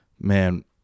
Man